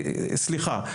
סליחה,